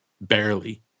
barely